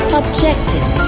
objective